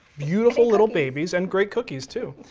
beautiful little babies, and great cookies too.